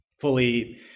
fully